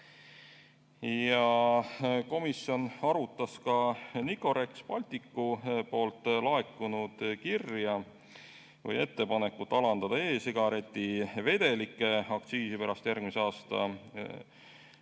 maksmisel. Komisjon arutas ka Nicorex Balticult laekunud kirja või ettepanekut alandada e-sigareti vedelike aktsiisi pärast järgmise aasta